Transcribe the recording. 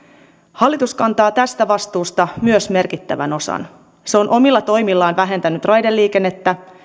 hallitus kantaa tästä vastuusta myös merkittävän osan se on omilla toimillaan vähentänyt raideliikennettä